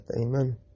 Amen